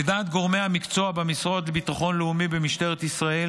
לדעת גורמי המקצוע במשרד לביטחון לאומי ובמשטרת ישראל